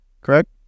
correct